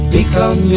Become